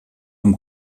vom